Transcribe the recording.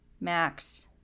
Max